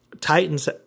Titans